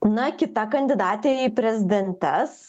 na kita kandidatė į prezidentes